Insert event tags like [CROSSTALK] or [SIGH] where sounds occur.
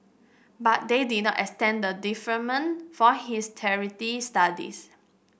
but they did not extend the deferment for his [UNINTELLIGIBLE] studies